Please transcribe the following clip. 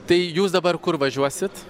tai jūs dabar kur važiuosit